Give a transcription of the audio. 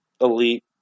elite